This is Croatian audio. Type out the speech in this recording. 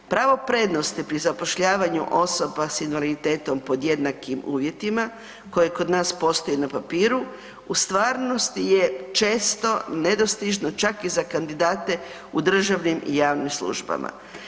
Pravo prednosti pri zapošljavanju osoba sa invaliditetom pod jednakim uvjetima koje kod nas postoji na papiru, u stvarnosti je često nedostižno čak i za kandidate u državnim i javnim službama.